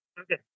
Okay